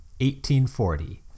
1840